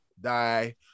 die